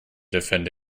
defend